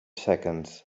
seconds